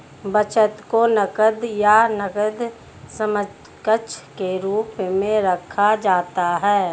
बचत को नकद या नकद समकक्ष के रूप में रखा जाता है